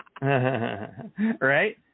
Right